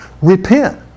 repent